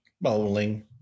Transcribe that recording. Bowling